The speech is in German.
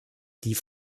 die